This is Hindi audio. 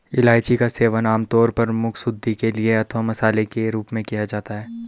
इलायची का सेवन आमतौर पर मुखशुद्धि के लिए अथवा मसाले के रूप में किया जाता है